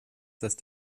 ist